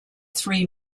three